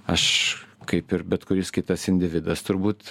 aš kaip ir bet kuris kitas individas turbūt